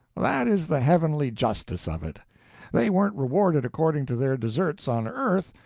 that is the heavenly justice of it they warn't rewarded according to their deserts, on earth,